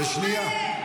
בשנייה?